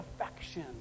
affection